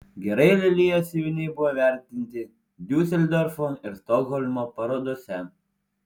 gerai lelijos siuviniai buvo įvertinti diuseldorfo ir stokholmo parodose